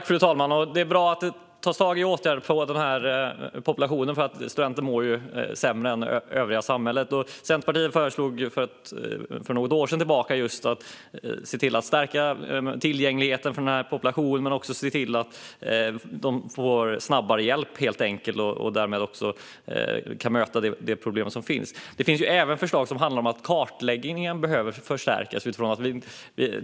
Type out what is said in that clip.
Fru talman! Det är bra att åtgärder vidtas för denna del av populationen. Studenter mår nämligen sämre än vad man gör i det övriga samhället. Centerpartiet förslog för något år sedan att man skulle stärka tillgängligheten för dessa, och de skulle också få hjälp snabbare. På så vis skulle man möta det problem som finns. Det finns även förslag om att kartläggningen behöver förstärkas.